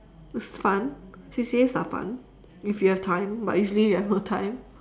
it's fun C_C_As are fun if you have time but usually you have no time